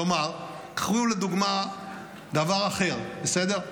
כלומר, קחו לדוגמה דבר אחר, בסדר?